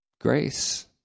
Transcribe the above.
grace